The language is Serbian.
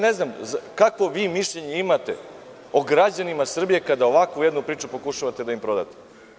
Ne znam kakvo vi mišljenje imateo građanima Srbije kada ovakvu jednu priču pokušavate da im prodate.